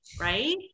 right